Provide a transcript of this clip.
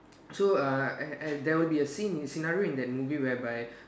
so uh and and there will be a scene scenario in that movie whereby